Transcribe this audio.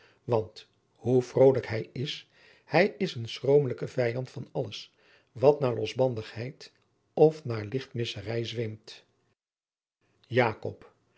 want hoe vrolijk hij is hij is een schromelijk vijand van alles wat naar losbandigheid of naar lichtmisserij zweemt